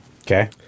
Okay